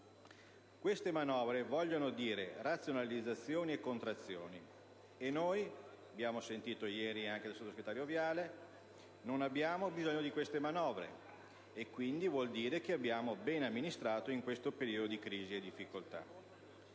Queste manovre vogliono dire razionalizzazioni e contrazioni. Noi - ieri abbiamo ascoltato anche la sottosegretaria Viale - non abbiamo bisogno di queste manovre e, quindi, vuol dire che abbiamo ben amministrato in questo periodo di crisi e difficoltà.